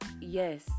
yes